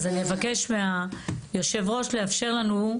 אז אני אבקש מיושב הראש לאפשר לנו,